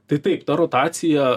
tai taip ta rotacija